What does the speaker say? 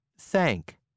Thank